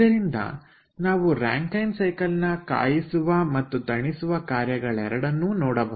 ಇದರಿಂದ ನಾವು Rankine cycle ನ ಕಾಯಿಸುವ ಮತ್ತು ತಣಿಸುವ ಕಾರ್ಯ ಗಳೆರಡನ್ನು ನೋಡಬಹುದು